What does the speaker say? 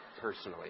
personally